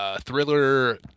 thriller